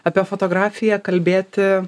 apie fotografiją kalbėti